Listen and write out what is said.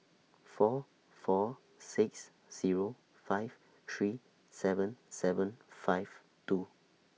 four four six Zero five three seven seven five two